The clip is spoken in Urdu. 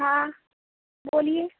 ہاں بولیے